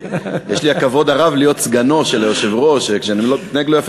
אף שירושלים היא הכי יפה ואני גלילי.